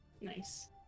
Nice